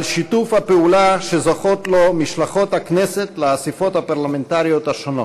על שיתוף הפעולה שזוכות לו משלחות הכנסת לאספות הפרלמנטריות השונות.